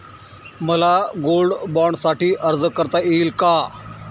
मला गोल्ड बाँडसाठी अर्ज करता येईल का?